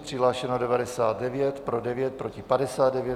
Přihlášeno 99, pro 9, proti 59.